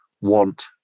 want